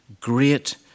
great